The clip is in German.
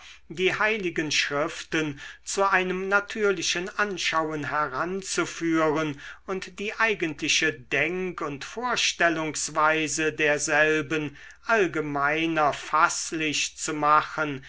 die heiligen schriften zu einem natürlichen anschauen heranzuführen und die eigentliche denk und vorstellungsweise derselben allgemeiner faßlich zu machen